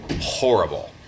horrible